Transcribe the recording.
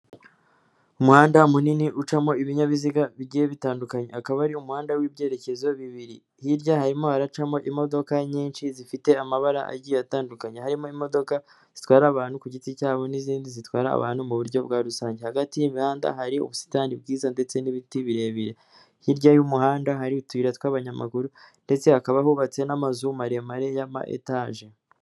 Umuhanda munini ucamo ibinyabiziga bigiye bitandukanye, akaba ari umuhanda w'ibyerekezo bibiri, hirya harimo haracamo imodoka nyinshi zifite amabara agiye atandukanye, harimo imodoka zitwara abantu ku giti cyabo n'izindi zitwara abantu mu buryo bwa rusange, hagati y'imihanda hari ubusitani bwiza ndetse n'ibiti birebire, hirya y'umuhanda hari utuyira tw'abanyamaguru ndetse hakaba hubatse n'amazu maremare y'ama etaje.